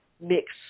mix